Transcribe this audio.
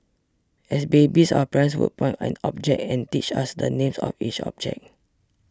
as babies our parents would point at objects and teach us the names of each object